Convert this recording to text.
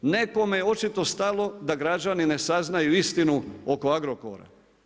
Nekome je očito stalo da građani ne saznaju istinu oko Agrokora.